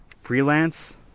freelance